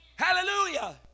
Hallelujah